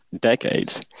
decades